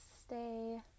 stay